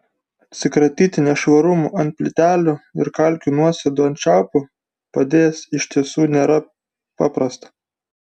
atsikratyti nešvarumų ant plytelių ir kalkių nuosėdų ant čiaupų padės iš tiesų nėra paprasta